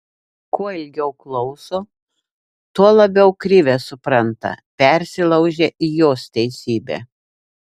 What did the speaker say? kuo ilgiau klauso tuo labiau krivę supranta persilaužia į jos teisybę